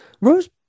Rose